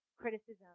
criticism